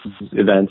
events